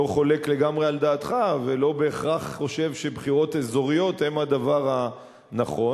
לא חולק לגמרי על דעתך ולא בהכרח חושב שבחירות אזוריות הן הדבר הנכון,